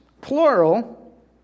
plural